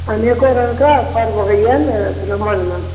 अनेको रङ्गके पर्व होइए ने ब्रह्मणमे